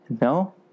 No